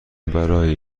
برای